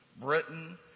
Britain